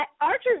Archer